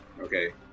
Okay